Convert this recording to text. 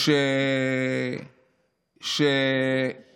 כלים שיש